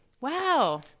wow